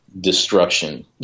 destruction